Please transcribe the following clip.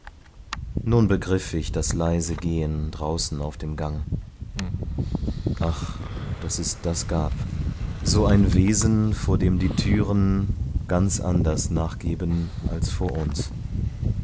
nun begriff ich das leise gehen draußen auf dem gang ach daß es das gab so ein wesen vor dem die türen ganz anders nachgeben als vor uns